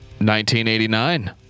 1989